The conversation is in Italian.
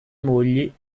mogli